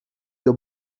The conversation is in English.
your